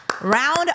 Round